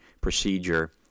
procedure